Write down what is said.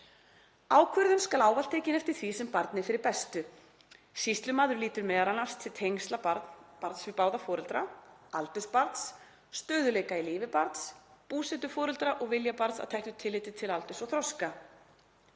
Ákvörðun skal ávallt tekin eftir því sem barni er fyrir bestu. Sýslumaður lítur m.a. til tengsla barns við báða foreldra, aldurs barns, stöðugleika í lífi barns, búsetu foreldra og vilja barns að teknu tilliti til aldurs og þroska.